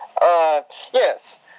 yes